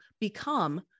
become